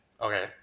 Okay